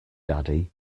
daddy